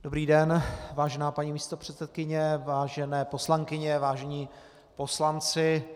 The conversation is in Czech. Dobrý den, vážená paní místopředsedkyně, vážené poslankyně, vážení poslanci.